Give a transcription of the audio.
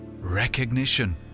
Recognition